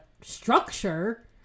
structure